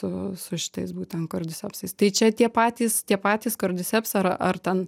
su su šitais būtent kordisepsais tai čia tie patys tie patys kordiseps ar ar ten